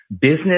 Business